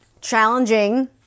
challenging